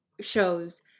shows